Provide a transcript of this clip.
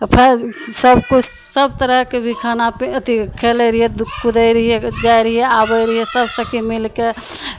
सभकिछु सभ तरहके भी खाना अथी खेलै रहियै कूदै रहियै जाइ रहियै आबै रहियै सभ सखी मिलि कऽ